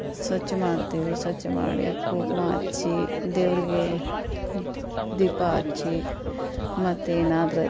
ಸ್ವಚ್ಛ ಮಾಡ್ತೀವಿ ಸ್ವಚ್ಛ ಮಾಡಿ ಕುಂಕ್ಮ ಹಚ್ಚಿ ದೇವರಿಗೆ ದೀಪ ಹಚ್ಚಿ ಮತ್ತು ಏನಾದ್ರೂ